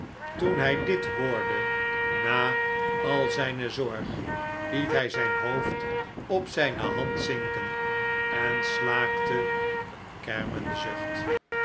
toen hij dit hoorde na al zijne zorg liet hij zijn hoofd op zijne hand zinken en slaakte een kermenden zucht